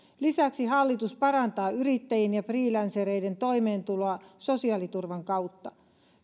lisäksi hallitus parantaa yrittäjien ja freelancereiden toimeentuloa sosiaaliturvan kautta